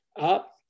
up